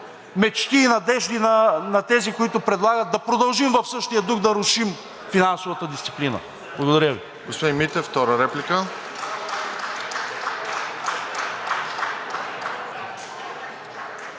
мечти и надежди на тези, които предлагат да продължим в същия дух да рушим финансовата дисциплина?! Благодаря Ви.